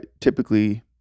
typically